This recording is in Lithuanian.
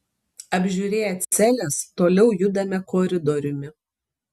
apžiūrėję celes toliau judame koridoriumi